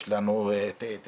יש לנו תיאטראות,